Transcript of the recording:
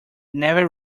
never